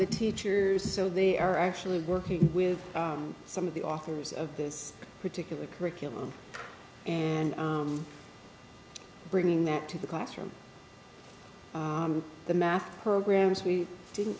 the teachers so they are actually working with some of the authors of this particular curriculum and bringing that to the classroom the math programs we